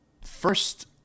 first